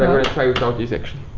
try without this actually.